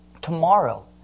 Tomorrow